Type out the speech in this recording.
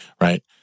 right